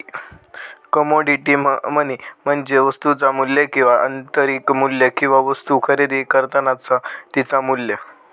commodity money म्हणजे वस्तुचा मू्ल्य किंवा आंतरिक मू्ल्य किंवा वस्तु खरेदी करतानाचा तिचा मू्ल्य